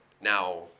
now